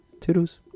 Toodles